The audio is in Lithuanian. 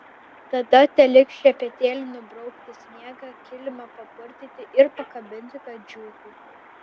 tada teliks šepetėliu nubraukti sniegą kilimą papurtyti ir pakabinti kad džiūtų